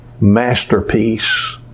masterpiece